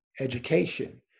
education